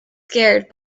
scared